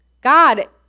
God